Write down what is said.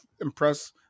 impress